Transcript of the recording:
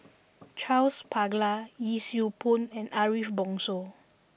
Charles Paglar Yee Siew Pun and Ariff Bongso